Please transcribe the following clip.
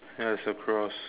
ya it's a cross